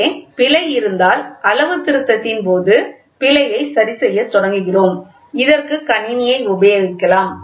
இங்கே பிழை இருந்தால் அளவுத்திருத்தத்தின் போது பிழையை சரிசெய்யத் தொடங்குகிறோம் இதற்கு கணினியை உபயோகிக்கலாம்